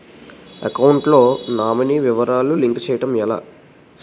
Account లో nominee వివరాలు link చేయటం ఎలా?